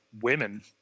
women